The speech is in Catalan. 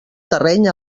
terreny